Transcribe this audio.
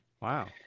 Wow